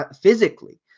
physically